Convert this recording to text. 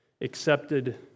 accepted